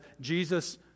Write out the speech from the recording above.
Jesus